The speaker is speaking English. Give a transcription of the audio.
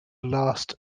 last